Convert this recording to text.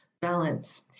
balance